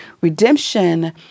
redemption